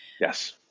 Yes